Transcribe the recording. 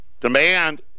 Demand